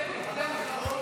אדוני היושב-ראש,